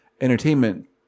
entertainment